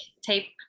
tape